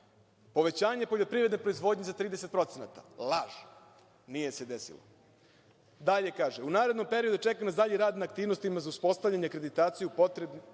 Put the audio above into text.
povećanje poljoprivredne proizvodnje za 30%. Laž. Nije se desilo. Dalje kaže – u narednom periodu čeka nas dalji rad na aktivnostima za uspostavljanje akreditacije potrebnih